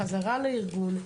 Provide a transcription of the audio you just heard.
בחזרה לארגון,